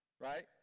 right